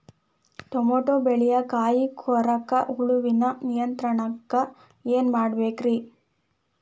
Tomato ಬೆಳೆಯ ಕಾಯಿ ಕೊರಕ ಹುಳುವಿನ ನಿಯಂತ್ರಣಕ್ಕ ಏನ್ ಮಾಡಬೇಕ್ರಿ?